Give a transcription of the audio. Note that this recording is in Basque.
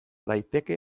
daiteke